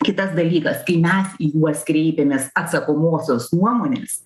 kitas dalykas kai mes į juos kreipėmės atsakomosios nuomonės